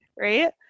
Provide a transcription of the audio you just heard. right